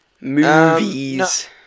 Movies